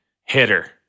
hitter